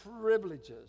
privileges